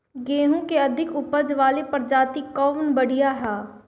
गेहूँ क अधिक ऊपज वाली प्रजाति कवन बढ़ियां ह?